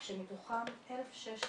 שמתוכם 1,600